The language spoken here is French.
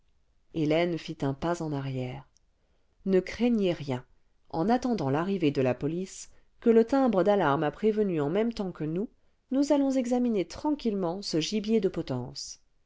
hélène fit un pas en arrière ne craignez rien en attendant l'arrivée de la police que le timbre d'alarme a prévenue en même temps que nous nous allons examiner tranquillemement ce gibier de potence